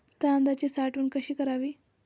तांदळाची साठवण कशी करावी?